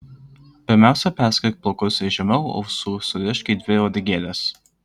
pirmiausia perskirk plaukus ir žemiau ausų surišk į dvi uodegėles